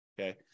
Okay